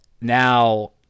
now